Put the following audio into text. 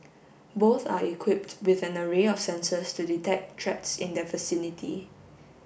both are equipped with an array of sensors to detect threats in their vicinity